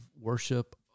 worship